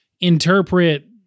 interpret